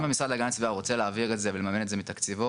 אם המשרד להגנת הסביבה רוצה להעביר את זה ולממן את זה מתקציבו,